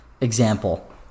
example